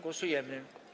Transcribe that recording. Głosujemy.